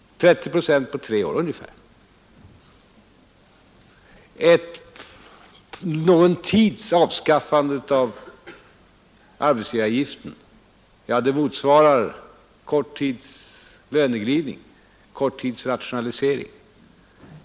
Någon 63 tids avskaffande av arbetsgivaravgiften motsvarar en kort tids löneglidning, en kort tids rationaliseringsvinst.